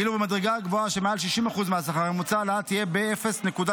ואילו במדרגה הגבוהה שמעל 60% מהשכר הממוצע ההעלאה תהיה ב-0.165%.